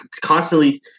constantly